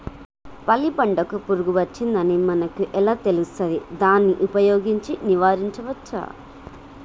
పల్లి పంటకు పురుగు వచ్చిందని మనకు ఎలా తెలుస్తది దాన్ని ఉపయోగించి నివారించవచ్చా?